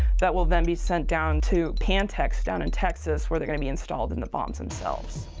that will then be sent down to pantex, down in texas, where they're gonna be installed in the bombs themselves.